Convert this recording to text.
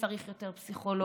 וצריך יותר פסיכולוגים,